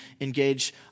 engage